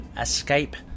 escape